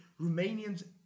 romanians